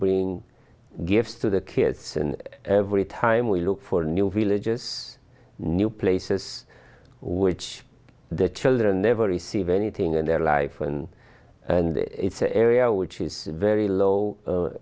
bring gifts to the kids and every time we look for new villages new places which the children never receive anything in their life and it's a area which is very low